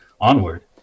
onward